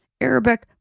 Arabic